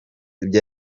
ibyo